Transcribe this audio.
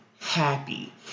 happy